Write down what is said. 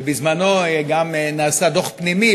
בזמנו גם נעשה דוח פנימי,